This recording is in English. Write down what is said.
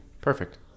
Perfect